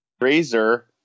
Razor